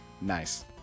Nice